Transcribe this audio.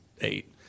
eight